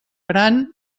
gran